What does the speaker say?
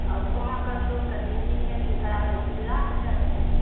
हँ तऽ वहाँके लोकके इन्जीनियरिंग कराबैमे सुविधा हेतए होतए